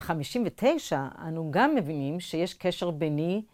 ב-59' אנו גם מבינים שיש קשר ביני